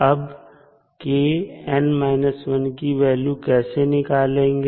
अब kn−1 की वैल्यू कैसे निकालेंगे